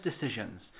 decisions